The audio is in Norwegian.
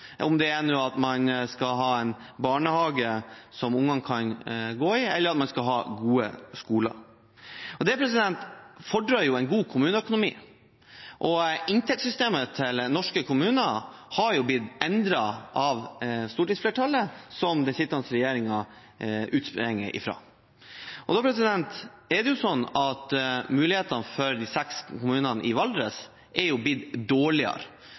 en barnehage som ungene kan gå i, eller gode skoler. Det fordrer en god kommuneøkonomi. Inntektssystemet til norske kommuner har blitt endret av stortingsflertallet som den sittende regjering har sitt utspring i. Da er mulighetene for de seks kommunene i Valdres blitt dårligere